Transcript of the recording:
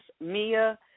Mia